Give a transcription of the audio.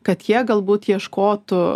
kad jie galbūt ieškotų